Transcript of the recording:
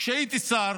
כשהייתי שר,